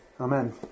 Amen